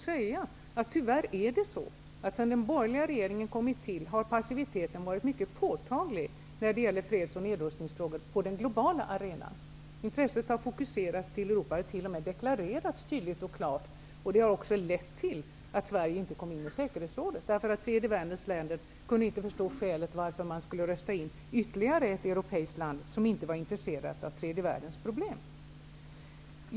Sedan den borgerliga regeringen kom till har tyvärr passiviteten varit mycket påtaglig när det gäller freds och nedrustningsfrågor på den globala arenan. Att intresset har fokuserats till Europa har t.o.m. deklarerats tydligt och klart. Det har också lett till att Sverige inte kom in i säkerhetsrådet. Tredje världens länder kunde inte förstå varför de skulle rösta in ytterligare ett europeiskt land, som inte var intresserat av tredje världens problem.